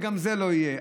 וגם זה לא יהיה.